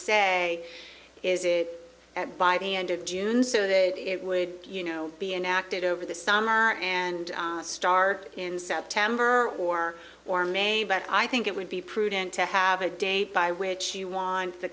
say is it by the end of june so that it would you know be enacted over the summer and start in september or or maim but i think it would be prudent to have a date by which you want the